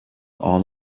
all